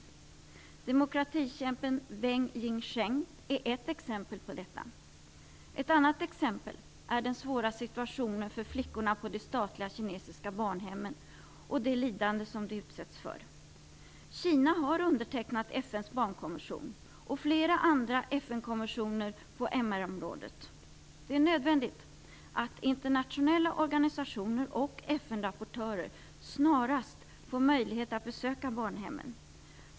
Demokratikämpen Wei Jingsheng är ett exempel på detta. Ett annat exempel är den svåra situationen för flickorna på de statliga kinesiska barnhemmen och det lidande som de utsätts för. Kina har undertecknat FN:s barnkonvention och flera andra FN konventioner på MR-området. Det är nödvändigt att internationella organisationer och FN-rapportörer snarast får möjlighet att besöka barnhemmen.